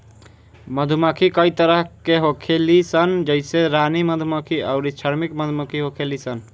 मधुमक्खी कई तरह के होखेली सन जइसे रानी मधुमक्खी अउरी श्रमिक मधुमक्खी होखेली सन